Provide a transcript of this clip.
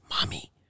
Mommy